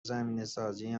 زمینهسازی